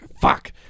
Fuck